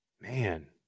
Man